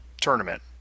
tournament